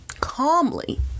calmly